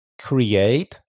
create